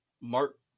Mark